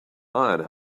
iron